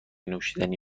نوشیدنی